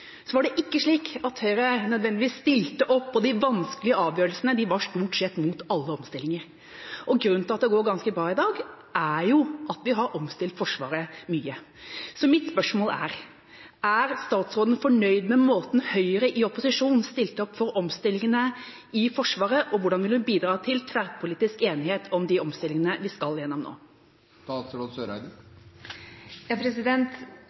var det ikke slik at Høyre nødvendigvis stilte opp, og i de vanskelige avgjørelsene var de stort sett mot alle omstillinger. Grunnen til at det går ganske bra i dag, er jo at vi har omstilt Forsvaret mye. Så mitt spørsmål er: Er statsråden fornøyd med måten Høyre i opposisjon stilte opp på for omstillingene i Forsvaret, og hvordan vil hun bidra til tverrpolitisk enighet om de omstillingene vi skal gjennom